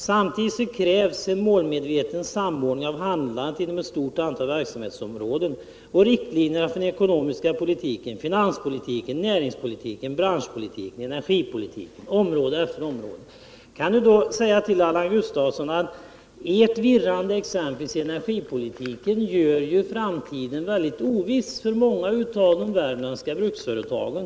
Samtidigt krävs en målmedveten samordning av handlandet inom ett stort antal verksamhetsområden. Riktlinjerna för den ekonomiska politiken, finanspolitiken, näringsoch branschpolitiken, energipolitiken, investeringspolitiken inkl. byggnadsverksamheten samt forskningsoch utvecklingspolitiken måste formas med utgångspunkt i en framtidsinriktad strategi, där politiska ställningstaganden kan inordnas i ett system av samverkande åtgärder för utveckling, sysselsättning och regional balans.” Till Allan Gustafsson kan jag säga: Ert virrande i exempelvis energipolitiken gör framtiden väldigt oviss för många av de värmländska bruksföretagen.